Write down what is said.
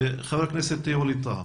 חבר הכנסת ווליד טאהא.